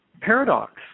paradox